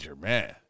man